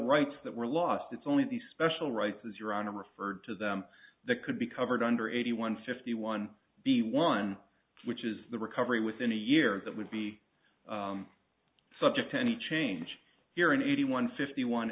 rights that were lost its only the special rights as your honor referred to them that could be covered under eighty one fifty one b one which is the recovery within a year that would be subject to any change here in eighty one fifty one